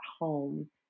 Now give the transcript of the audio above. home